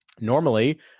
Normally